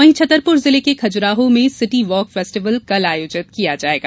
वहीं छतरपुर जिले के खजुराहो मे सिटी वाक फेस्टिवल कल आयोजित किया जायेगा